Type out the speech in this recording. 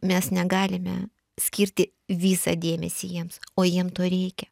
mes negalime skirti visą dėmesį jiems o jiem to reikia